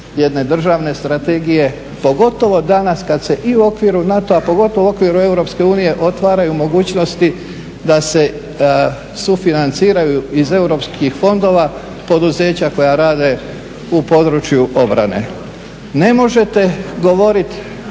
Ne možete govoriti